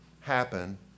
happen